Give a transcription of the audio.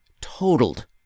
totaled